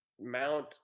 Mount